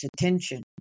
attention